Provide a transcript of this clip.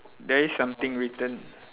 there is something written